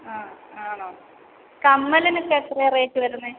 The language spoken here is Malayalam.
ആ ആണോ കമ്മലിനൊക്കെ എത്രയാ റേറ്റ് വരുന്നത്